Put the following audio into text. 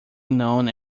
known